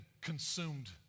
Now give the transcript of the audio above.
consumed